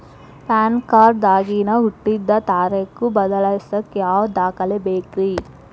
PAN card ದಾಗಿನ ಹುಟ್ಟಿದ ತಾರೇಖು ಬದಲಿಸಾಕ್ ಯಾವ ದಾಖಲೆ ಬೇಕ್ರಿ?